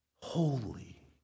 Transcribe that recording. holy